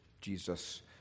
Jesus